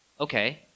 Okay